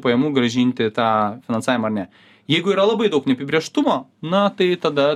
pajamų grąžinti tą finansavimą ar ne jeigu yra labai daug neapibrėžtumo na tai tada